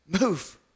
move